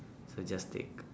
so just take